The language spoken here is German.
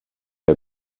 der